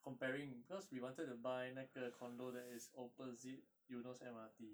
comparing because we wanted to buy 那个 condo that is opposite eunos M_R_T